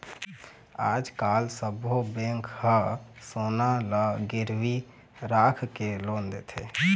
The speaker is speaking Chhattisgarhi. आजकाल सब्बो बेंक ह सोना ल गिरवी राखके लोन देथे